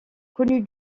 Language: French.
connu